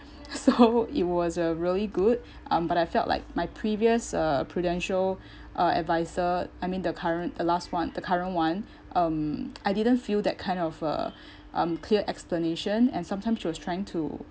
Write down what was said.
so it was uh really good um but I felt like my previous uh prudential uh adviser I mean the current the last one the current one um I didn't feel that kind of uh um clear explanation and sometimes she was trying to